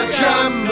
jam